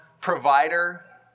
provider